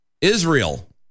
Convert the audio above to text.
Israel